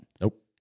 Nope